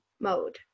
mode